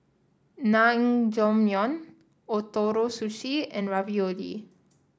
Naengmyeon Ootoro Sushi and Ravioli